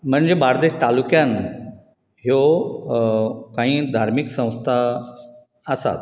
म्हणजे बार्देस तालुक्यांत ह्यो काही धार्मीक संस्था आसात